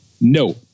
No